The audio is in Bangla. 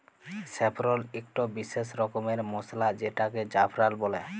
স্যাফরল ইকট বিসেস রকমের মসলা যেটাকে জাফরাল বল্যে